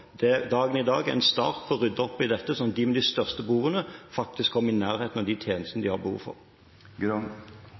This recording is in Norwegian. forvaltningsnivå. Dagen i dag er en start på å rydde opp i dette, slik at de med de største behovene faktisk kommer i nærheten av de tjenestene de har behov